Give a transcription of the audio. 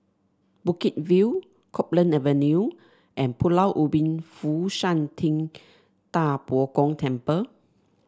Bukit View Copeland Avenue and Pulau Ubin Fo Shan Ting Da Bo Gong Temple